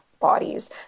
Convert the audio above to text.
bodies